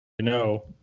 no